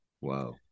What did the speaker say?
Wow